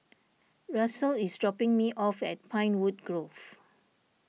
Russell is dropping me off at Pinewood Grove